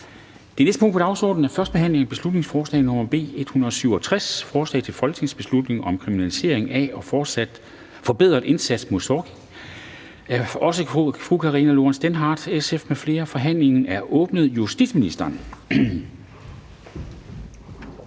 Det næste punkt på dagsordenen er: 2) 1. behandling af beslutningsforslag nr. B 167: Forslag til folketingsbeslutning om kriminalisering af og forbedret indsats mod stalking. Af Karina Lorentzen Dehnhardt (SF) m.fl. (Fremsættelse